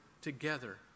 together